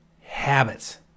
habits